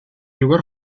lugar